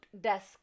desk